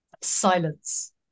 silence